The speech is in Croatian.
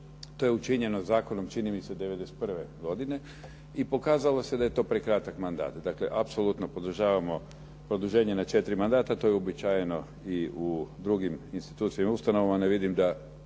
To je učinjeno zakonom čini mi se '91. godine i pokazalo se da je to prekratak mandat. Dakle apsolutno podržavamo produženje na 4 mandata, to je uobičajeno i u drugim institucijama i ustanovama, ne vidim da